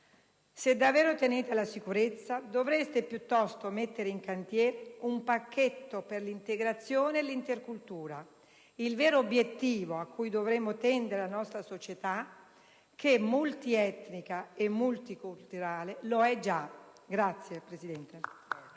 Se davvero teneste alla sicurezza, dovreste piuttosto mettere in cantiere un pacchetto per l'integrazione e l'intercultura, il vero obiettivo a cui dovrebbe tendere la nostra società, che multietnica e multiculturale lo è già. *(Applausi